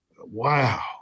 Wow